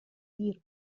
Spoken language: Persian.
زیر